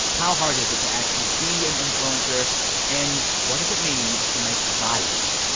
how hard is it to actually be an influencer and what does it mean to make our bodies,